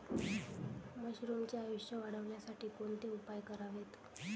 मशरुमचे आयुष्य वाढवण्यासाठी कोणते उपाय करावेत?